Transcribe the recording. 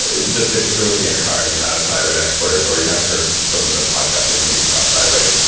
ah just if if you're listening in your car and you're not a thyroid expert or you haven't heard some of the podcast interviews about thyroid,